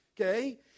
Okay